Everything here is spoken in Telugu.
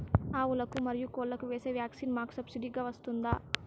ఆవులకు, మరియు కోళ్లకు వేసే వ్యాక్సిన్ మాకు సబ్సిడి గా వస్తుందా?